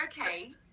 okay